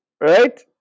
right